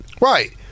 right